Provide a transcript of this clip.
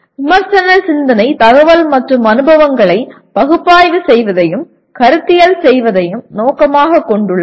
விமர்சன சிந்தனை தகவல் மற்றும் அனுபவங்களை பகுப்பாய்வு செய்வதையும் கருத்தியல் செய்வதையும் நோக்கமாகக் கொண்டுள்ளது